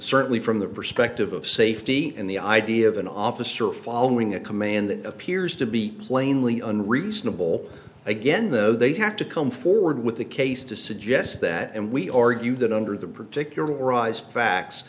certainly from the perspective of safety and the idea of an officer following a command that appears to be plainly unreasonable again though they have to come forward with the case to suggest that and we argue that under the particularized facts